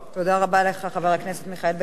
תודה רבה לך, חבר הכנסת מיכאל בן-ארי.